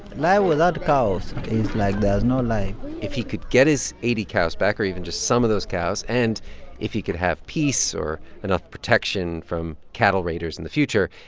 without cows is like there's no life if he could get his eighty cows back or even just some of those cows and if he could have peace or enough protection from cattle raiders in the future,